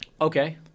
Okay